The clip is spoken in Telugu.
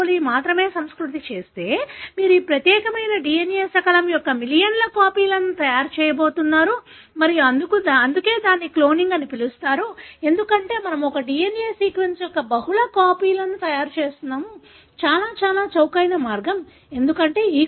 coliని మాత్రమే సంస్కృతి చేస్తే మీరు ఈ ప్రత్యేకమైన DNA శకలం యొక్క మిలియన్ల కాపీలను తయారు చేయబోతున్నారు మరియు అందుకే దీనిని క్లోనింగ్ అని పిలుస్తారు ఎందుకంటే మేము ఒకే DNA సీక్వెన్స్ యొక్క బహుళ కాపీలను తయారు చేస్తున్నాము చాలా చాలా చౌకైన మార్గం ఎందుకంటే E